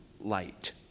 light